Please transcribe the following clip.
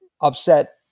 upset